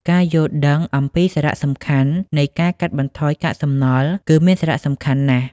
ការយល់ដឹងអំពីសារៈសំខាន់នៃការកាត់បន្ថយកាកសំណល់គឺមានសារៈសំខាន់ណាស់។